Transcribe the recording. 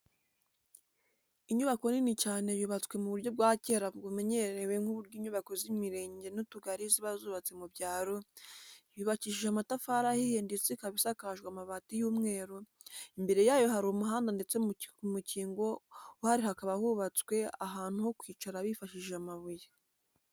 Inyubako nini cyane yubatswe mu buryo bwa kera bumenyerewe nk'uburyo inyubako z'imirenge n'utugari ziba zubatse mu byaro, yubakishije amatafari ahiye ndetse ikaba isakajwe amabati y'umweru, imbere yayo hari umuhanda ndetse ku mukingo uhari hakaba hubatswe ahantu ko kwicara bifashishije amabuye.